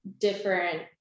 different